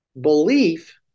belief